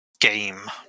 game